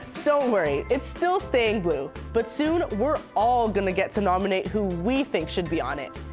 don't worry it's still staying blue. but soon we're all gonna get to nominate who we think should be on it.